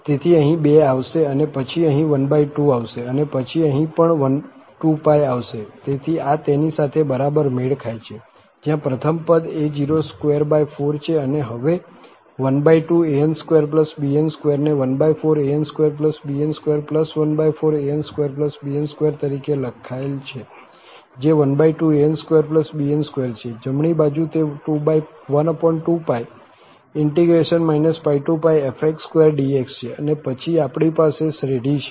તેથી અહીં 2 આવશે પછી અહીં 12 આવશે અને પછી અહીં પણ 2π આવશે તેથી આ તેની સાથે બરાબર મેળ ખાય છે જ્યાં પ્રથમ પદ a024 છે અને હવે 12an2bn2 ને 14an2bn214an2bn2 તરીકે લખાયેલ છે જે 12an2bn2 છે જમણી બાજુ તે 12π πfx2dx છે અને પછી આપણી પાસે શ્રેઢી છે